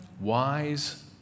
wise